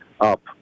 up